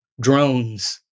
drones